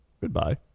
Goodbye